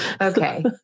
Okay